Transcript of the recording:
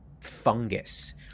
fungus